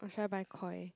or should I buy Koi